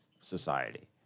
society